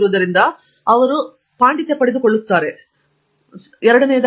ಆದ್ದರಿಂದ ನೀವು ಮಾಸ್ಟರಿ ಪಡೆದುಕೊಳ್ಳುತ್ತಿದ್ದಾರೆ ಎಂದು ನೀವು ನೋಡಬಹುದು